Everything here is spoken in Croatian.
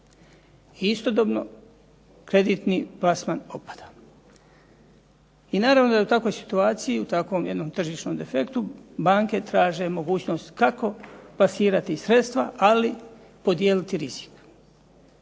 I istodobno kreditni plasman opada i naravno da u takvoj situaciji, u takvom jednom tržišnom defektu banke traže mogućnost kako plasirati sredstva, ali podijeliti rizik.